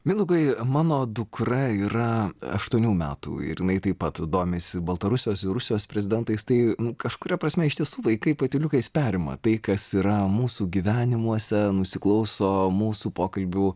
mindaugai mano dukra yra aštuonių metų ir jinai taip pat domisi baltarusijos ir rusijos prezidentais tai kažkuria prasme iš tiesų vaikai patyliukais perima tai kas yra mūsų gyvenimuose nusiklauso mūsų pokalbių